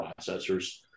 processors